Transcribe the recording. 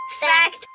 Fact